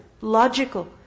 logical